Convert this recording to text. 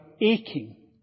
aching